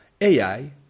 AI